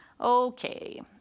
Okay